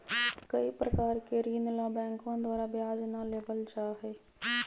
कई प्रकार के ऋण ला बैंकवन द्वारा ब्याज ना लेबल जाहई